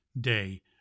Day